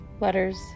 letters